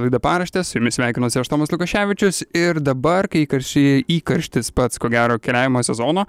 laida paraštės su jumis sveikinuosi aš tomas lukoševičius ir dabar kai įkarščiai įkarštis pats ko gero keliavimo sezono